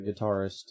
guitarist